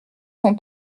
son